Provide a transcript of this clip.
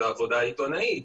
הוא העבודה העיתונאית.